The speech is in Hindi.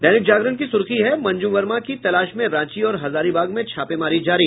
दैनिक जागरण की सुर्खी है मंजू वर्मा की तलाश में रांची और हजारीबाग में छापेमारी जारी